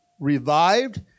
revived